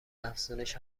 افزونش